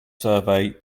survey